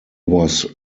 was